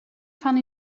fan